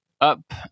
up